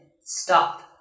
stop